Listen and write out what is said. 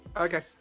Okay